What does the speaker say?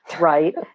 right